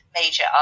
major